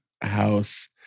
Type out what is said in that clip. house